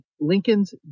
Lincoln's